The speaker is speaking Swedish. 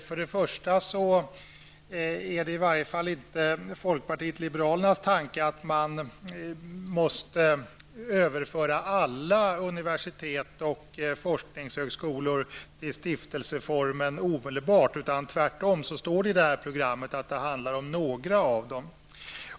Först och främst är det i varje fall inte folkpartiet liberalernas tanke att man måste överföra alla universitet och forskningshögskolor till stiftelseform omedelbart, utan tvärtom står det i detta program att det handlar om några av dem.